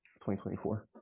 2024